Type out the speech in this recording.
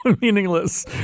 Meaningless